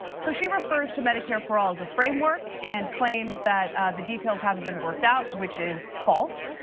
so she refers to medicare for all as a framework and claims that the details haven't been worked out, which is false.